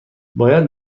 باید